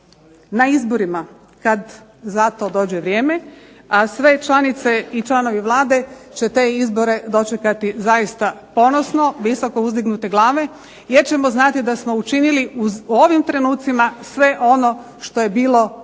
Na izborima kad za to dođe vrijeme, a sve članice i članovi Vlade će te izbore dočekati zaista ponosno, visoko uzdigne glave jer ćemo znati da smo učinili u ovim trenucima sve ono što je bilo